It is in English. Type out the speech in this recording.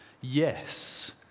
Yes